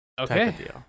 Okay